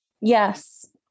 Yes